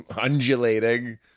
undulating